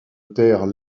terre